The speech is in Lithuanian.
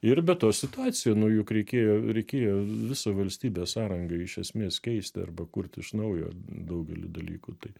ir be to situacija nu juk reikėjo reikėjo visą valstybės sąrangą iš esmės keisti arba kurti iš naujo daugelį dalykų tai